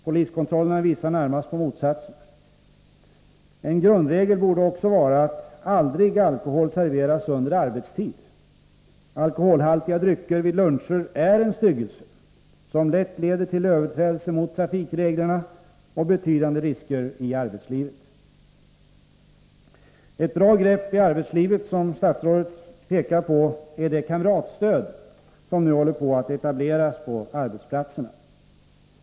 Poliskontrollerna visar närmast på motsatsen. En grundregel borde också vara att alkohol aldrig serveras under arbetstid. Alkoholhaltiga drycker vid luncher är en styggelse, som lätt leder till överträdelse mot trafikreglerna och betydande risker i arbetslivet. Ett bra grepp i arbetslivet, som statsrådet pekar på, är det kamratstöd som nu håller på att etableras på arbetsplatserna.